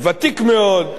אבינועם לוין.